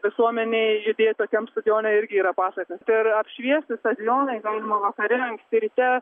visuomenei judėt tokiam stadione irgi yra pasaka tai yra apšviesti stadionai galima vakare anksti ryte